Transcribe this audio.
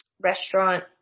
restaurant